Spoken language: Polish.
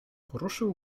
poruszył